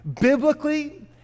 biblically